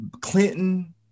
Clinton